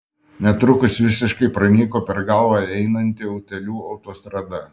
netrukus visiškai pranyko per galvą einanti utėlių autostrada